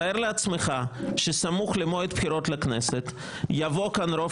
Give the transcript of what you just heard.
תאר לעצמך שסמוך למועד בחירות לכנסת יבוא לכאן רוב